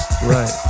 Right